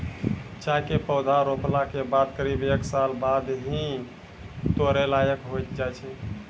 चाय के पौधा रोपला के बाद करीब एक साल बाद ही है तोड़ै लायक होय जाय छै